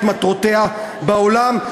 את מטרותיה בעולם,